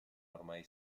ormai